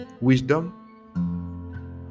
wisdom